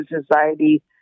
society